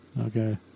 Okay